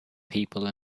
people